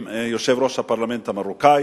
עם יושב-ראש הפרלמנט המרוקני,